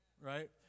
Right